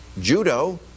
Judo